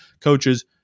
coaches